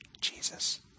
Jesus